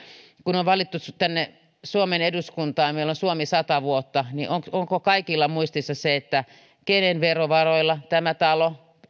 kun meidät on valittu tänne suomen eduskuntaan ja meillä on suomi sata vuotta niin onko kaikilla muistissa kenen verovaroilla tämä talo